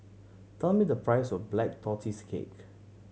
tell me the price of Black Tortoise Cake